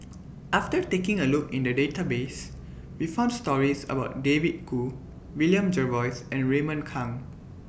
after taking A Look in The Database We found stories about David Kwo William Jervois and Raymond Kang